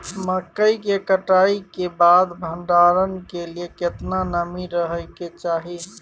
मकई के कटाई के बाद भंडारन के लिए केतना नमी रहै के चाही?